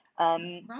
Right